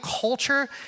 culture